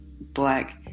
Black